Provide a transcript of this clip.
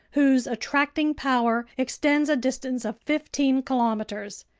whose attracting power extends a distance of fifteen kilometers.